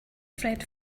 friend